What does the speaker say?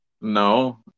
No